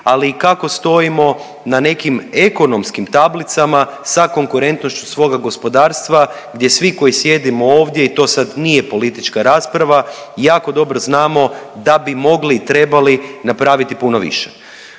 ali i kako stojimo na nekim ekonomskim tablicama sa konkurentnošću svoga gospodarstva, gdje svi koji sjedimo ovdje i to sad nije politička rasprava, jako dobro znamo da bi mogli i trebali napraviti puno više.